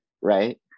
right